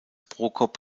prokop